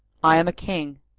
i am a king,